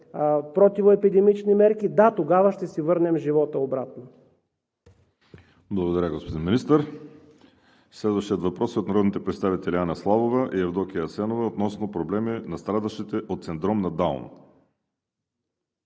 противоепидемични мерки. Да, тогава ще си върнем живота обратно. ПРЕДСЕДАТЕЛ ВАЛЕРИ СИМЕОНОВ: Благодаря, господин Министър. Следващият въпрос е от народните представители Анна Славова и Евдокия Асенова относно проблеми на страдащите от синдром на Даун.